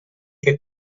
que